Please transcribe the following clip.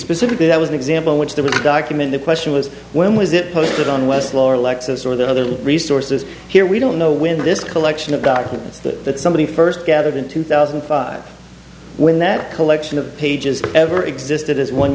specifically that was an example which the document in question was when was it posted on west lore lexus or the other resources here we don't know when this collection of documents that somebody first gathered in two thousand and five when that collection of pages ever existed as one